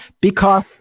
because-